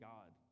God